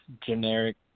generic